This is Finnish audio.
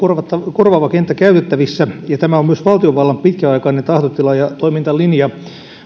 korvaava kenttä käytettävissä ja tämä on myös valtiovallan pitkäaikainen tahtotila ja toimintalinja